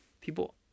people